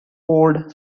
old